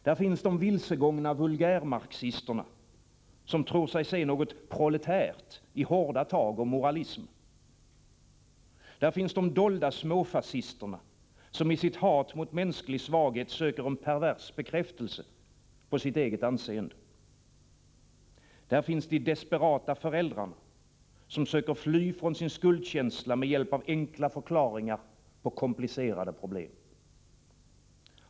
Där finns de vilsegångna vulgärmarxisterna, som tror sig se något ”proletärt” i hårda tag och moralism. Där finns de dolda småfascisterna, som i sitt hat mot mänsklig svaghet söker en pervers bekräftelse på sitt eget anseende. Där finns de desperata föräldrarna, som söker fly från sin skuldkänsla med hjälp av enkla förklaringar på komplicerade problem.